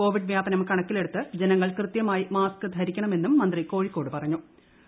Covid വ്യാപനം കണക്കിലെടുത്ത് ജനങ്ങൾ കൃത്യമായി മാസ്ക്ക് ധരിക്കണമെന്നും മന്ത്രി കോഴിക്കോട് വ്യക്തമാക്കി